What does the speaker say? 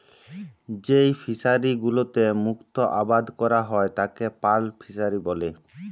যেই ফিশারি গুলোতে মুক্ত আবাদ ক্যরা হ্যয় তাকে পার্ল ফিসারী ব্যলে